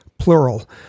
plural